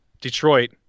Detroit